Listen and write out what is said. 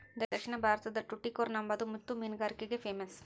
ದಕ್ಷಿಣ ಭಾರತುದ್ ಟುಟಿಕೋರ್ನ್ ಅಂಬಾದು ಮುತ್ತು ಮೀನುಗಾರಿಕ್ಗೆ ಪೇಮಸ್ಸು